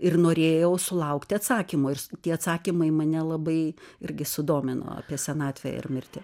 ir norėjau sulaukti atsakymo ir s tie atsakymai mane labai irgi sudomino apie senatvę ir mirtį